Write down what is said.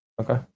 okay